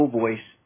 voice